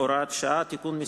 (הוראות שעה) (תיקון מס'